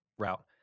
Route